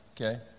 okay